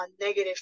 negative